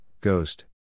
Ghost